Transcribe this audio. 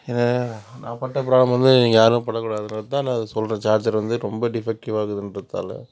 ஏன்னா நான் பட்ட ப்ராப்ளம் வந்து நீங்கள் யாருமே பட கூடாதுனு தான் நான் இதை சொல்கிறேன் சார்ஜர் வந்து ரொம்ப டிஃபெக்ட்டிவ் ஆகுதுன்றதால்